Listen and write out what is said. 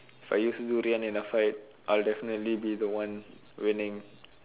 if I use durian in a fight I'll definitely be the one winning